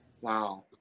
Wow